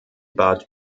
bad